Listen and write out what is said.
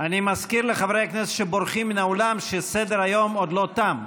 אני מזכיר לחברי הכנסת שבורחים מן האולם שסדר-היום עוד לא תם.